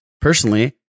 Personally